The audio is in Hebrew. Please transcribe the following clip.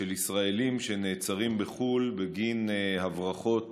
של ישראלים שנעצרים בחו"ל בגין הברחות